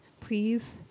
please